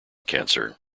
cancer